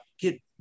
get